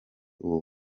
ubu